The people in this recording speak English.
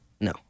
No